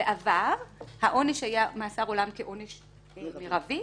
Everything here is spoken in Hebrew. בעבר העונש היה מאסר עולם כעונש מרבי.